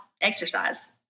exercise